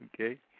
Okay